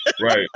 Right